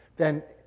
then